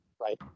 right